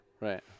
Right